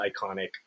iconic